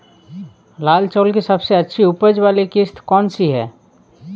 लाल चावल की सबसे अच्छी उपज वाली किश्त कौन सी है?